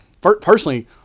personally